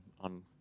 on